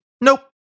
nope